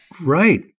Right